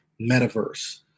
Metaverse